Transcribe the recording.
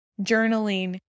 journaling